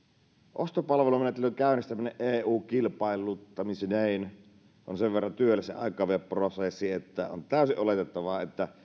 ostopalvelumenettelyn käynnistäminen eu kilpailuttamisineen on sen verran työläs ja aikaa vievä prosessi että on täysin oletettavaa että